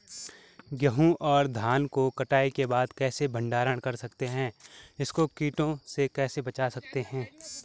गेहूँ और धान को कटाई के बाद कैसे भंडारण कर सकते हैं इसको कीटों से कैसे बचा सकते हैं?